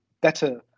better